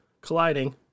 colliding